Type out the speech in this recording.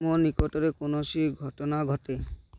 ମୋ ନିକଟରେ କୌଣସି ଘଟଣା ଘଟେ